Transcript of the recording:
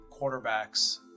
quarterbacks